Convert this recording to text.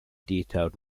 detailed